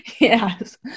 Yes